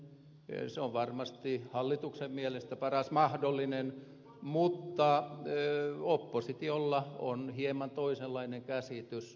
se on varmasti hallituksen mielestä paras mahdollinen mutta oppositiolla on hieman toisenlainen käsitys